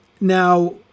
Now